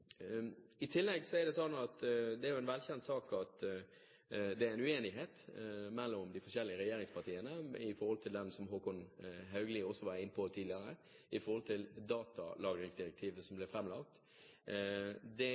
I tillegg er det en velkjent sak at det er uenighet mellom de forskjellige regjeringspartiene når det gjelder det som Håkon Haugli også var inne på tidligere: datalagringsdirektivet, som er framlagt. Det